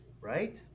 right